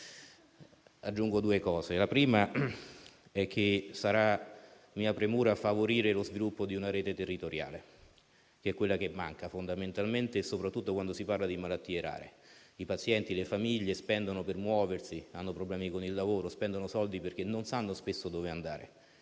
aggiungo due elementi. Il primo è che sarà mia premura favorire lo sviluppo di una rete territoriale, che manca fondamentalmente, soprattutto quando si parla di malattie rare. I pazienti e le famiglie spendono soldi per muoversi e hanno problemi con il lavoro, perché spesso non sanno dove andare.